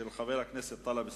של חבר הכנסת טלב אלסאנע,